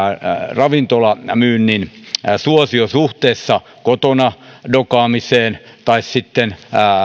ravintolamyynnin suosio suhteessa dokaamiseen kotona tai sitten